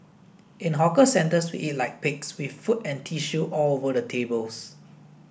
in hawker centres we eat like pigs with food and tissue all over the tables